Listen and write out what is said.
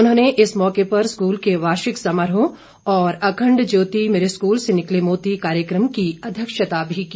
उन्होंने इस मौके पर स्कूल के वार्षिक समारोह और अखंड ज्योति मेरे स्कूल से निकले मोती कार्यक्रम की अध्यक्षता भी की